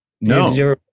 No